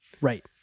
Right